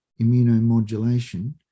immunomodulation